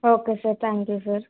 okay sir thank you sir